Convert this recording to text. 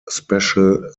special